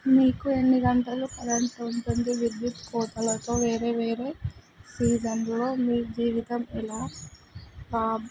మీకు ఎన్ని గంటలు కరెంటు ఉంటుంది విద్యుత్తు కోతలతో వేరే వేరే సీజన్లో మీరు జీవితం ఎలా పా